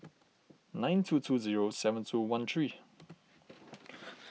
nine two two zero seven two one three